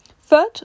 third